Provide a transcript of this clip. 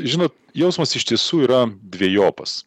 žinot jausmas iš tiesų yra dvejopas